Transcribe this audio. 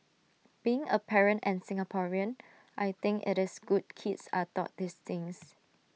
being A parent and Singaporean I think IT is good kids are taught these things